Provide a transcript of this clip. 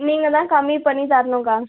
நீங்கள் தான் கம்மி பண்ணி தரணுக்கா